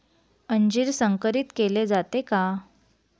अंजीर संकरित केले जाते का?